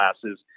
classes